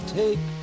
take